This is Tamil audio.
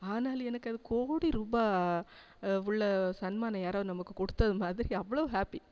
ஆனாலும் எனக்கு அது கோடிரூபா உள்ள சன்மானம் யாராவது நமக்கு கொடுத்தது மாதிரி அவ்வளோ ஹாப்பி